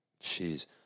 Jeez